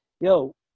yo